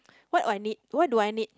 what will I need what do I need